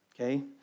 okay